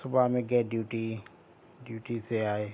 صبح میں گئے ڈیوٹی ڈیوٹی سے آئے